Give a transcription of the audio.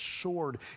sword